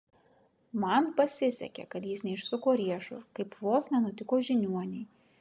man pasisekė kad jis neišsuko riešo kaip vos nenutiko žiniuonei